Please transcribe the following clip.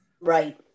Right